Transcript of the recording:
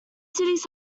cities